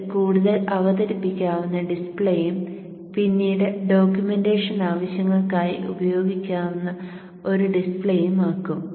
ഇത് കൂടുതൽ അവതരിപ്പിക്കാവുന്ന ഡിസ്പ്ലേയും പിന്നീട് ഡോക്യുമെന്റേഷൻ ആവശ്യങ്ങൾക്കായി ഉപയോഗിക്കാവുന്ന ഒരു ഡിസ്പ്ലേയും ആക്കും